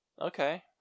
Okay